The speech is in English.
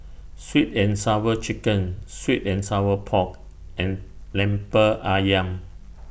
Sweet and Sour Chicken Sweet and Sour Pork and Lemper Ayam